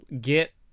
get